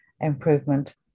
improvement